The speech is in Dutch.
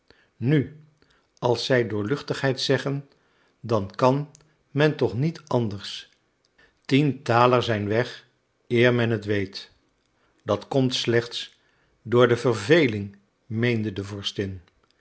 nu als zij doorluchtigheid zeggen dan kan men toch niet anders tien thaler zijn weg eer men t weet dat komt slechts door de verveling meende de